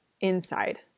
inside